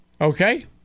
Okay